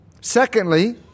Secondly